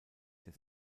der